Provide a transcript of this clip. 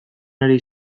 ari